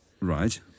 Right